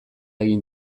egin